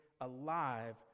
alive